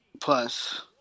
plus